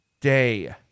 day